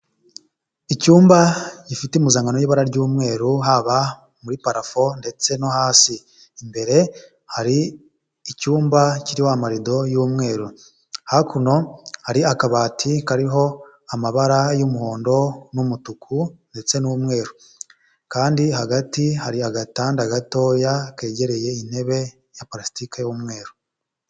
Icyumba gifite impuzankano y'ira ry'umweru haba muri parafo ndetse no hasi imbere hari icyumba kirimo amarido y'umweru hakuno hari akabati kariho amabara y'umuhondo n'umutuku ndetse n'umweru kandi hagati hari agatanda gatoya kegereye intebe ya palasitike y'umweru.